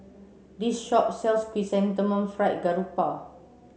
this shop sells chrysanthemum fried grouper